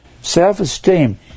Self-esteem